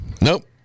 Nope